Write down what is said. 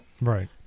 Right